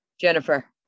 jennifer